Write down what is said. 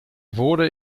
wurde